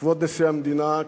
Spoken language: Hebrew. כבוד נשיא המדינה,